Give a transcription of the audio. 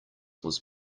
was